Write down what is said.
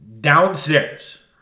downstairs